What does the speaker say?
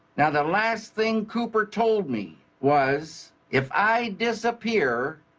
now, the last thing cooper told me was, if i disappear,